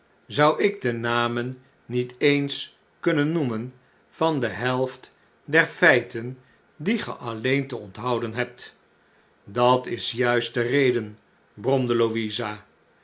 zou ik de namen niets eens kunnen noemen van de helft der feiten die ge alleen te onthouden hebt dat is juist de reden bromde louisa